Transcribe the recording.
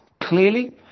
clearly